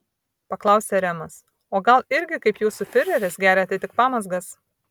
paklausė remas o gal irgi kaip jūsų fiureris geriate tik pamazgas